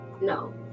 no